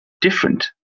different